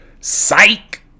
Psych